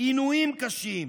עינויים קשים,